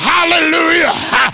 Hallelujah